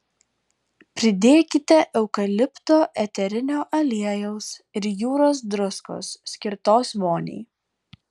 pridėkite eukalipto eterinio aliejaus ir jūros druskos skirtos voniai